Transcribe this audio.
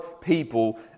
people